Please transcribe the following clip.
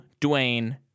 Dwayne